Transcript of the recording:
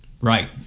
Right